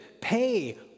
pay